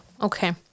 okay